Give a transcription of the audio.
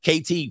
KT